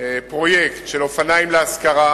פרויקט של אופניים להשכרה,